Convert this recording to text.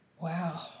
Wow